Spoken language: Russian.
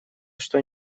что